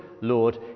Lord